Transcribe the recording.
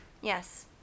Yes